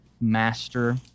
master